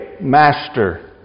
Master